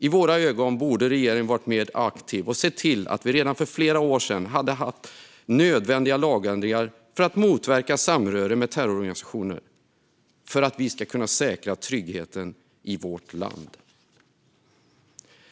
Regeringen borde enligt vår mening ha varit mer aktiv och sett till att vi redan för flera år sedan hade genomfört nödvändiga lagändringar för att motverka samröre med terrororganisationer och för att vi ska kunna säkra tryggheten i vårt land.